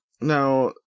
now